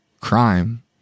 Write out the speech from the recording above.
crime